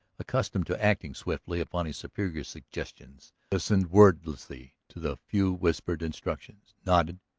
accustomed to acting swiftly upon his superior's suggestions, listened wordlessly to the few whispered instructions, nodded,